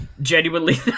genuinely